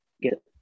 get